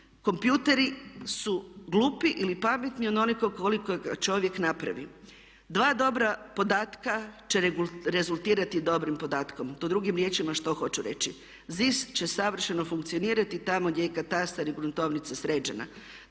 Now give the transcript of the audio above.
kompjuteri su glupi ili pametni onoliko koliko čovjek napravi. Dva dobra podatka će rezultirati dobrim podatkom. To drugim riječima što hoću reći. ZIS će savršeno funkcionirati tamo gdje je katastar i gruntovnica sređena,